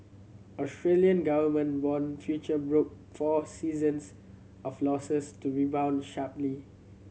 Australian government bond future broke four sessions of losses to rebound sharply